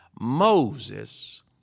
Moses